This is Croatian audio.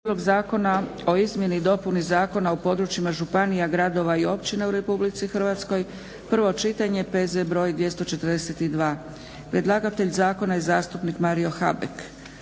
zakona o izmjeni i dopuni zakona o područjima županija, gradova i općina u Republici Hrvatskoj, prvo čitanje, P.Z. br. 242. Rasprava je zaključena. Dajem